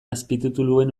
azpitituluen